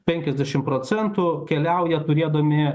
penkiasdešim procentų keliauja turėdami